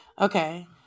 Okay